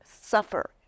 suffer